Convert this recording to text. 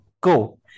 go